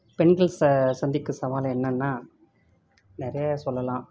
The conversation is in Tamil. பெண்கள் ச சந்திக்கும் சவால் என்னென்னா நிறையா சொல்லலாம்